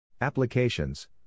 Applications